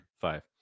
five